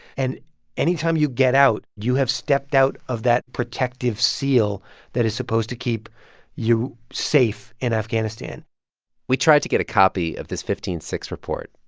and anytime you get out, you have stepped out of that protective seal that is supposed to keep you safe in afghanistan we tried to get a copy of this fifteen six report.